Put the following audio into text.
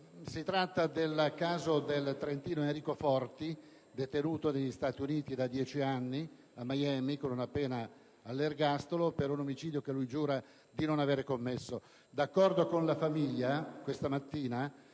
Si tratta del caso del trentino Enrico Forti, detenuto negli Stati Uniti da dieci anni, a Miami, condannato all'ergastolo per un omicidio che giura di non aver commesso. D'accordo con la famiglia, questa mattina